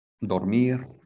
dormir